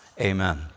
Amen